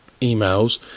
emails